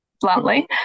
bluntly